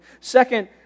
Second